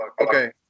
Okay